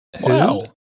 Wow